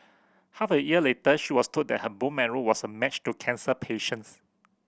half a year later she was told that her bone marrow was a match to a cancer patient's